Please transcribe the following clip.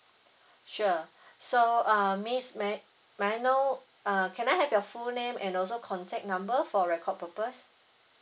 sure so uh miss may I may I know so uh can I have your full name and also contact number for record purpose